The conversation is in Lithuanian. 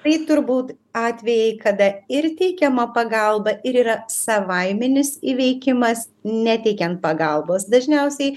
tai turbūt atvejai kada ir teikiama pagalba ir yra savaiminis įveikimas neteikiant pagalbos dažniausiai